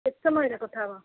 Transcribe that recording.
କେତେ ସମୟର କଥା ହେବ